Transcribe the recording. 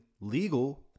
legal